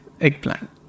Eggplant